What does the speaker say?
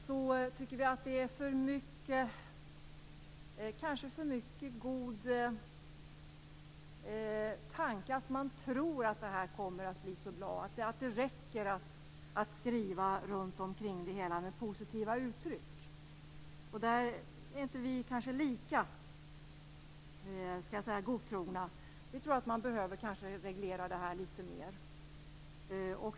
Vi tycker att det kanske är för mycket goda tankar. Man tror att det här kommer att bli så bra. Man tror att det räcker att skriva runt omkring det hela med positiva uttryck. Vi är kanske inte lika godtrogna, om jag får säga så. Vi tror att man kanske behöver reglera det här litet mer.